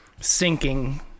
sinking